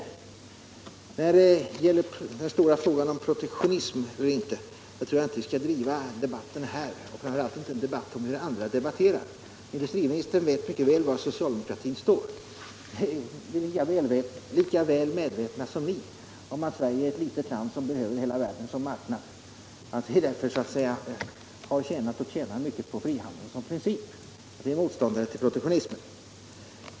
Om behovet av När det gäller den stora frågan om protektionism eller inte, så tror — kontroll över jag inte att vi skall den driva debatten här — och framför allt inte en = internationella debatt om hur andra debatterar. Industriministern vet mycket väl var = investeringar socialdemokratin står. Ni är lika medvetna som vi om att Sverige är ett litet land som behöver hela världen som marknad, att vi har tjänat och tjänar mycket på frihandel som princip och att vi därför är mot ståndare till protektionism.